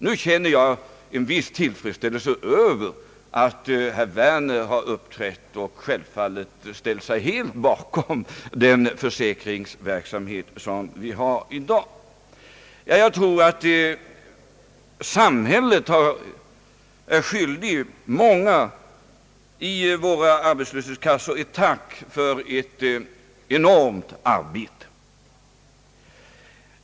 Nu känner jag en viss tillfredsställelse över att herr Werner har uppträtt och självfallet ställt sig bakom den försäkringsverksamhet som vi har i dag. Jag tror att samhället är skyldigt många av våra arbetslöshetskassor ett tack för ett enormt arbete.